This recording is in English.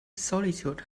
solitude